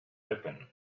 open